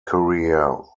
career